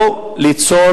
לא ליצור